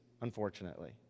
unfortunately